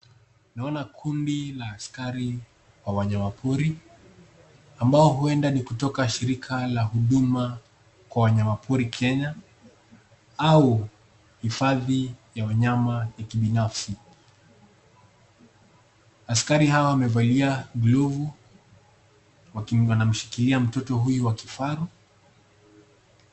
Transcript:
Noana kundi la askari wa wanyama pori ambao huenda ni kutoka shirika la huduma kwa wanyama pori Kenya au hifadhi ya wanyama ya kibinafsi. Askari hawa wamevalia glovu , wanamshikilia mtoto huyu wa kifaru.